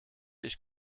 ich